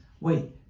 wait